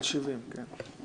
על 70, כן.